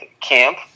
camp